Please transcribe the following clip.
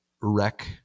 wreck